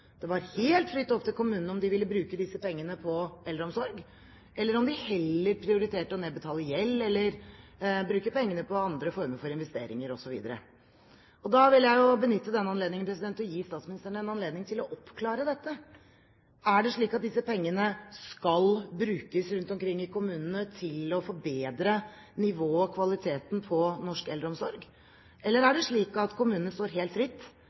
det var helt fritt opp til kommunene om de ville bruke disse pengene på eldreomsorg, eller om de heller prioriterte å nedbetale gjeld eller bruke pengene på andre former for investeringer, osv. Da vil jeg benytte denne anledningen til å gi statsministeren en anledning til å oppklare dette: Er det slik at disse pengene skal brukes rundt omkring i kommunene til å forbedre nivået, kvaliteten, på norsk eldreomsorg? Eller er det slik at kommunene står helt fritt